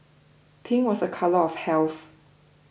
pink was a colour of health